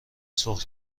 سرخ